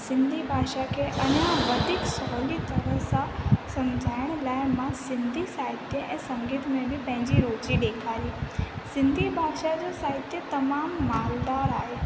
सिंधी भाषा खे अञा बि वधीक सवली करण सां समुझाइण लाइ मां सिंधी साहित्य ऐं संगीत में बि पंहिंजी रुची ॾेखारी सिंधी भाषा जो साहित्य तमामु मालदार आहे